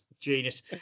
genius